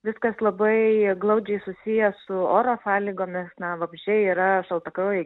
viskas labai glaudžiai susiję su oro sąlygomis na vabzdžiai yra šaltakraujai